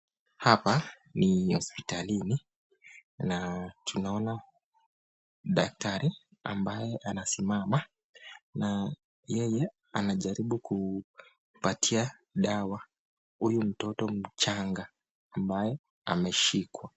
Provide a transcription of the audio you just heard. Hapa ni hospitalini, na tunaona daktari ambaye anasimama, na yeye anajaribu kupatia dawa huyu mtoto mchanga ambayo ameshikwa